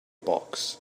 box